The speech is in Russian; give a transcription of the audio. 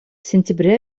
сентября